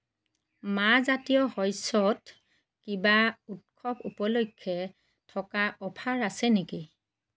মাহজাতীয় শস্যত কিবা উৎসৱ উপলক্ষে থকা অফাৰ আছে নেকি